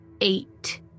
eight